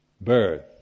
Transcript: birth